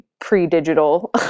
pre-digital